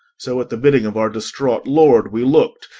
so at the bidding of our distraught lord we looked,